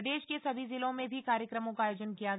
प्रदेश के सभी जिलों में भी कार्यक्रमों का आयोजन किया गया